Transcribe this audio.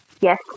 Yes